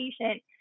patient